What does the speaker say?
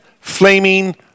flaming